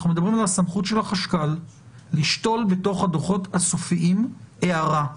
אנחנו מדברים על הסמכות של החשב הכללי לשתול בתך הדוחות הסופיים הערה.